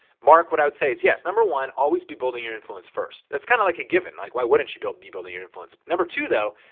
mark, what i would say is yes. number one, always be building your influence first. it's kinda like a given. like why wouldn't you be building your influence? number two though,